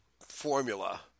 formula